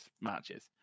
matches